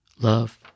Love